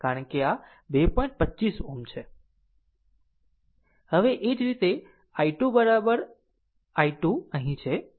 હવે એ જ રીતે i 2 i 2 અહીં છે